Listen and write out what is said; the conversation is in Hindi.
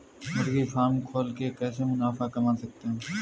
मुर्गी फार्म खोल के कैसे मुनाफा कमा सकते हैं?